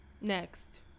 Next